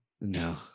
No